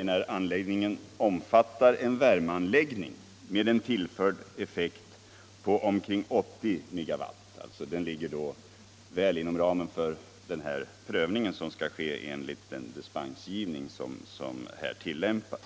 enär anläggningen omfattar en värmeanläggning med en tillförd effekt på omkring 80 megawatt. Den ligger alltså väl inom ramen för den dispensprövning som skall kunna göras av Kinsstyrelse.